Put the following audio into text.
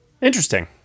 Interesting